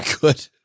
good